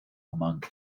among